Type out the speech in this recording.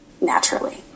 naturally